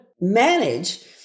manage